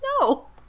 No